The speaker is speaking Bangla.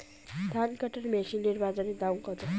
ধান কাটার মেশিন এর বাজারে দাম কতো?